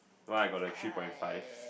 no I got a three point five